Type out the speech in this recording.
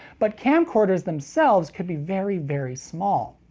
but camcorders themselves could be very very small.